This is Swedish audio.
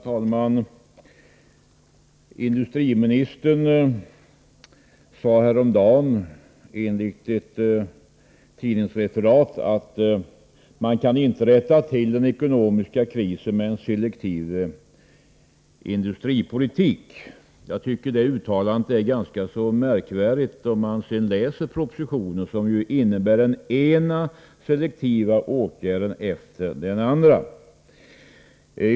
Herr talman! Industriministern sade häromdagen enligt ett tidningsreferat att man inte kan komma till rätta med den ekonomiska krisen med en selektiv industripolitik. Jag tycker att det uttalandet framstår som ganska märkvär digt när man sedan läser propositionen, där den ena selektiva åtgärden efter den andra föreslås.